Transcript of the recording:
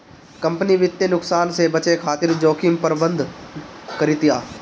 company वित्तीय नुकसान से बचे खातिर जोखिम प्रबंधन करतिया